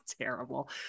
terrible